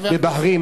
מה שקורה בבחריין,